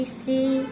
see